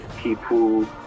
people